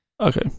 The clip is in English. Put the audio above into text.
okay